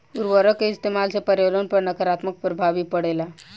उर्वरक के इस्तमाल से पर्यावरण पर नकारात्मक प्रभाव भी पड़ेला